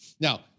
Now